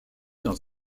dans